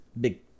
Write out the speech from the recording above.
big